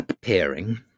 pairing